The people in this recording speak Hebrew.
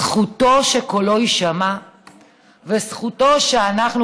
זכותו שקולו יישמע וזכותו שאנחנו,